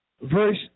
verse